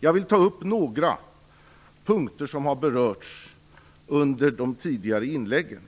Jag vill ta upp några punkter som berörts under de tidigare inläggen.